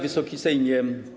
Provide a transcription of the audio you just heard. Wysoki Sejmie!